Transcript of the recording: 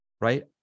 right